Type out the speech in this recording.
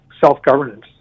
self-governance